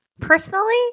personally